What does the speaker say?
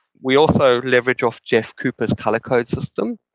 we also leverage off jeff cooper's color code system,